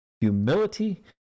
humility